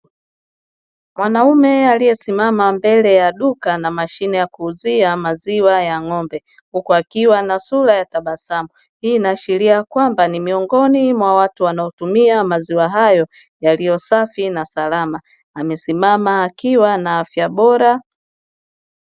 Mwanaume aliyesimama mbele ya duka na mashine ya kuuzia maziwa ya ng'ombe huku akiwa na sura ya tabasamu, hii inaashiria kwamba ni miongoni mwa watu wanaotumia maziwa hayo yaliyo safi na Salama; amesimama akiwa na afya bora.